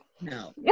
No